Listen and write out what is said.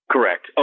Correct